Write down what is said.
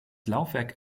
laufwerk